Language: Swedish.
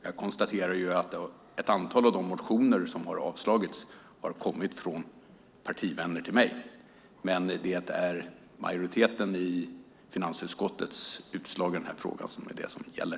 Jag konstaterar att ett antal av de motioner som har avstyrkts har kommit från partivänner till mig, men det är majoriteten i finansutskottets utslag i denna fråga som gäller.